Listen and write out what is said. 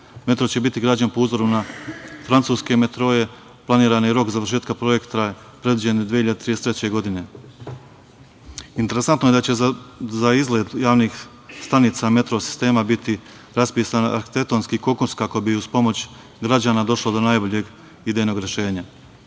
Metro će biti građen po uzoru na francuske metroe. Planirani rok završetka projekta predviđen je 2033. godine. Interesantno je da će za izgled javnih stanica metro sistema biti raspisan arhitektonski konkurs, kako bi uz pomoć građana došlo do najboljeg idejnog rešenja.